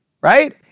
Right